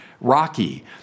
Rocky